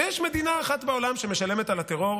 ויש מדינה אחת בעולם שמשלמת על הטרור